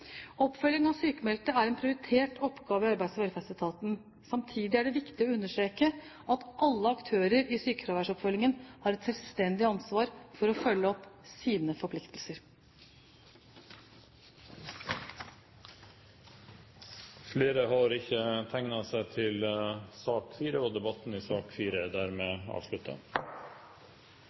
av sykmeldte er en prioritert oppgave i Arbeids- og velferdsetaten. Samtidig er det viktig å understreke at alle aktører i sykefraværsoppfølgingen har et selvstendig ansvar for å følge opp sine forpliktelser. Flere har ikke bedt om ordet til sak nr. 4. Etter ønske fra energi- og